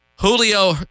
Julio